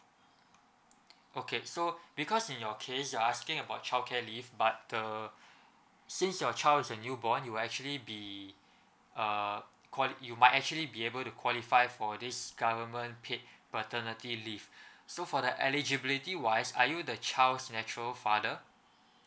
okay so because in your case you asking about childcare leave but the since your child is a new born you actually be uh qual~ you might actually be able to qualify for this government paid paternity leave so for the eligibility wise are you the child's natural father